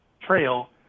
trail